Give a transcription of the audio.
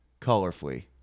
colorfully